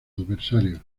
adversarios